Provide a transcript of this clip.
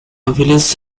village